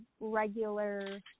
regular